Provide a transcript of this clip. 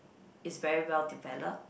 is very well developed